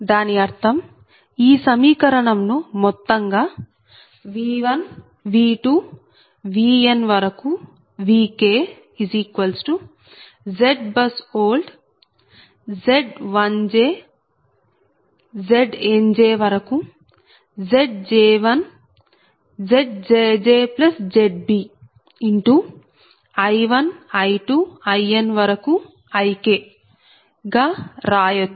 దాని అర్థం ఈ సమీకరణం ను మొత్తంగా V1 V2 Vn Vk ZBUSOLD Z1j Zj1 Zj2 Znj ZjjZb I1 I2 In Ik రాయచ్చు